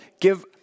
give